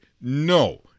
No